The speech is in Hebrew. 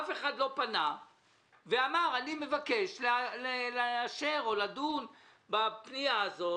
אף אחד לא פנה ואמר: אני מבקש לאשר או לדון בפנייה הזאת,